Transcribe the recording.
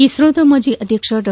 ಇಸ್ತೋದ ಮಾಜಿ ಅಧ್ಯಕ್ಷ ಡಾ